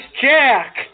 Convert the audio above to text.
Jack